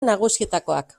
nagusietakoak